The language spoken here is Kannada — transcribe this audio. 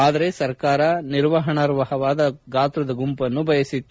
ಆದರೆ ಸರ್ಕಾರ ನಿರ್ವಹಣಾರ್ಹವಾದ ಗಾತ್ರದ ಗುಂಪನ್ನು ಬಯಸಿತ್ತು